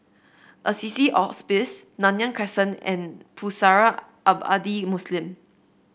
Assisi Hospice Nanyang Crescent and Pusara Abadi Muslim